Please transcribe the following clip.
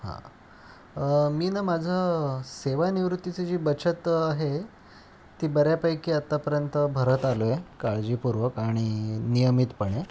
हां मी ना माझं सेवानिवृत्तीची जी बचत आहे ती बऱ्यापैकी आत्तापर्यंत भरत आलो आहे काळजीपूर्वक आणि नियमितपणे